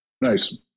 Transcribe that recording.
Nice